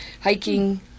hiking